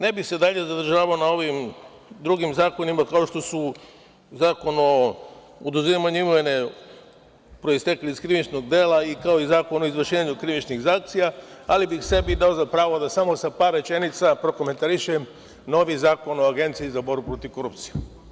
Ne bih se dalje zadržavao na ovim drugim zakonima, kao što su Zakon o oduzimanju imovine proistekle iz krivičnog dela, kao i Zakon o izvršenju krivičnih sankcija, ali bih sebi dao za pravo samo da sa par rečenica prokomentarišem novi Zakon o Agenciji za borbu protiv korupcije.